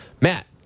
Matt